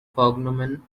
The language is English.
cognomen